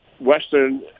western